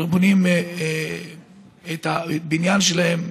בונים את הבניין שלהם,